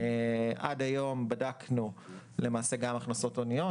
עד היום בדקנו גם הכנסות הוניות,